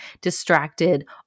distracted